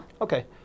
Okay